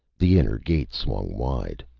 the inner gate swung wide.